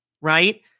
right